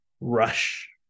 rush